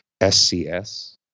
SCS